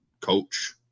coach